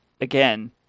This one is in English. again